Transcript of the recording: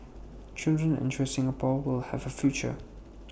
children ensure Singapore will have A future